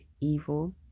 evil